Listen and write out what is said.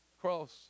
cross